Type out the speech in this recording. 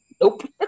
Nope